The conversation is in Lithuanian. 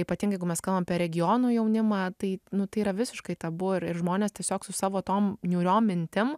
ypatingai kai mes kalbam apie regionų jaunimą tai nu tai yra visiškai tabu ir žmonės tiesiog su savo tom niūriom mintim